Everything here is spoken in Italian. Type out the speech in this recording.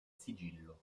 sigillo